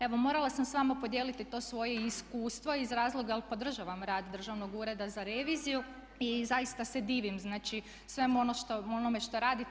Evo morala sam s vama podijeliti to svoje iskustvo iz razloga jer podržavam rad Državnog ureda za reviziju i zaista se divim, znači svemu onome što radite.